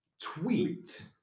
tweet